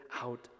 Out